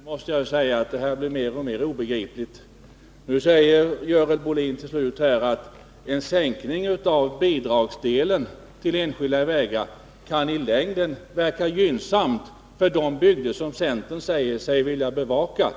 Fru talman! Jag måste säga att det här blir mer och mer obegripligt. Nu säger Görel Bohlin till slut att en sänkning av bidragsdelen till enskilda vägar i längden kan verka gynnsam för de bygder som centern säger sig vilja bevaka.